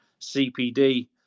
CPD